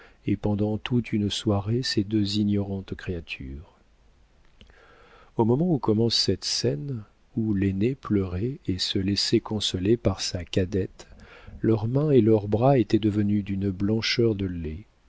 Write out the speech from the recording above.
et pendant toute une soirée ces deux ignorantes créatures au moment où commence cette scène où l'aînée pleurait et se laissait consoler par sa cadette leurs mains et leurs bras étaient devenus d'une blancheur de lait